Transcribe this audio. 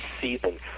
season